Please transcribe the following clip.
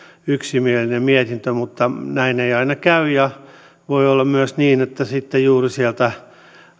yksimielinen mietintö mutta näin ei aina käy ja voi olla myös niin että sitten juuri sieltä